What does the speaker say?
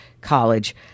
college –